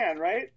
right